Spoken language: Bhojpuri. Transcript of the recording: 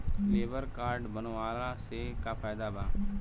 लेबर काड बनवाला से का फायदा बा?